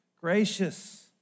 gracious